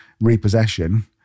repossession